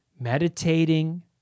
meditating